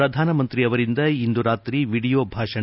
ಪ್ರಧಾನಮಂತ್ರಿ ಅವರಿಂದ ಇಂದು ರಾತ್ರಿ ವಿಡಿಯೋ ಭಾಷಣ